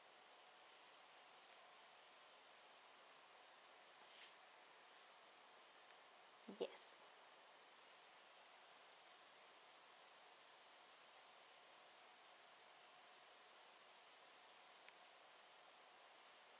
yes